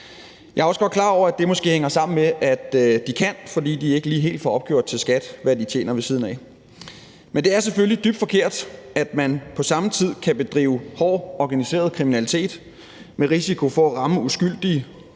Jeg er også godt klar over, at når de kan det, hænger det måske sammen med, at de ikke lige helt får opgjort til skattevæsenet, hvad de tjener ved siden af. Men det er selvfølgelig dybt forkert, at man kan bedrive hård organiseret kriminalitet med risiko for at ramme uskyldige